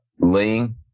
Ling